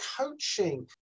coaching